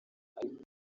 ariko